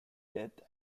death